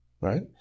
Right